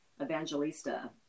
Evangelista